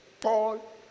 Paul